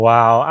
Wow